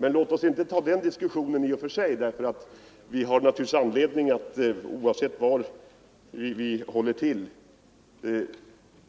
Men låt oss inte ta upp den diskussionen, ty oavsett var vi håller till har vi all anledning att